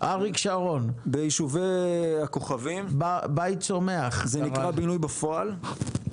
אריק שרון ביישובי הכוכבים בינוי בפועל,